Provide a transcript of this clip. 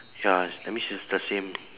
ya that means it's the same